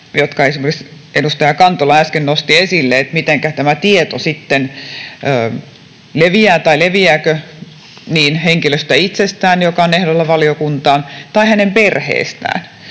edustaja Kantola äsken nosti esille, että mitenkä sitten leviää tai leviääkö tämä tieto henkilöstä itsestään, joka on ehdolla valiokuntaan, tai hänen perheestään.